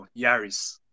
Yaris